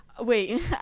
Wait